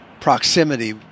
proximity